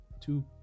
two